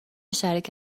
شریک